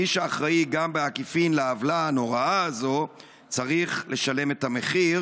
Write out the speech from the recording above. מי שאחראי גם בעקיפין לעוולה הנוראה הזאת צריך לשלם את המחיר,